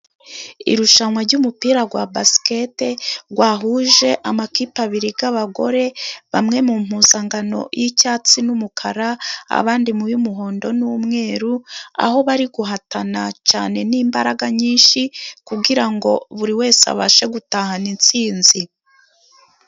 Irushanwa ry'umupira wa basiketi boro wahuje amakipe abiri y'abagore, bamwe mu mpuzankano y'icyatsi n'umukara abandi mu y'umuhondo n'umweru ,aho bari guhatana cyane n'imbaraga nyinshi kugira ngo buri wese abashe gutahana itsinzi.